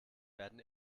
werden